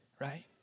right